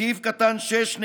סעיף קטן (6),